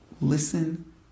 listen